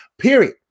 Period